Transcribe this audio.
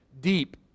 deep